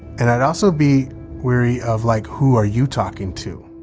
and i'd also be wary of like who are you talking to?